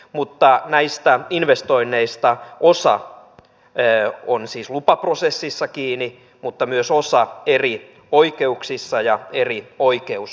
mutta näistä investoinneista osa on siis lupaprosessissa kiinni mutta myös osa eri oikeuksissa ja eri oikeusasteissa